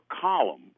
column